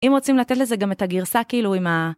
‫אם רוצים לתת לזה גם את הגרסה, ‫כאילו עם ה...